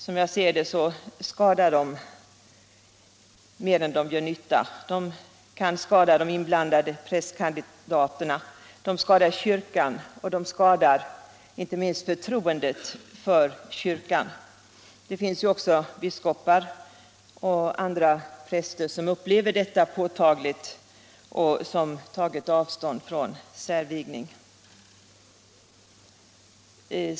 Som jag ser det skadar de mer än de gör nytta — de kan skada de inblandade prästkandidaterna, de skadar kyrkan och inte minst förtroendet för kyrkan. Det finns också biskopar och andra präster som upplever detta påtagligt och som tagit avstånd från särvigning.